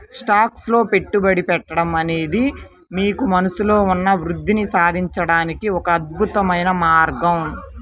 stocks లో పెట్టుబడి పెట్టడం అనేది మీకు మనస్సులో ఉన్న వృద్ధిని సాధించడానికి ఒక అద్భుతమైన మార్గం